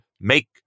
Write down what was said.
make